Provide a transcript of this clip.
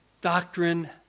doctrine